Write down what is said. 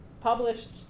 published